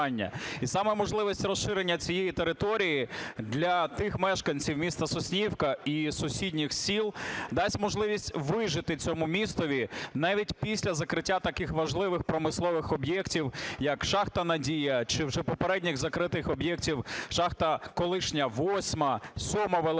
І саме можливість розширення цієї території для тих мешканців міста Соснівка і сусідніх сіл дасть можливість вижити цьому містові навіть після закриття таких важливих промислових об'єктів, як шахта "Надія", чи вже попередніх закритих об'єктів: шахта колишня восьма, сьома "Великомостівська".